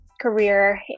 career